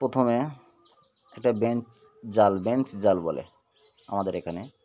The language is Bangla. প্রথমে একটা বেঞ্চ জাল বেঞ্চ জাল বলে আমাদের এখানে